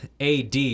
ad